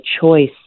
choice